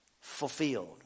fulfilled